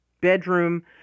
bedroom